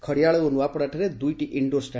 ଖଡ଼ିଆଳ ଓ ନୂଆପଡାଠାରେ ଦୁଇଟି ଇନ୍ଡୋର୍ ଷ୍